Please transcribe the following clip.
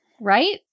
right